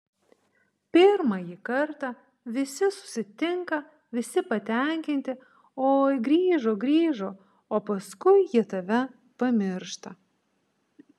pirmąjį kartą visi susitinka visi patenkinti oi grįžo grįžo o paskui jie tave pamiršta